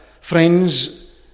friends